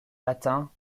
latin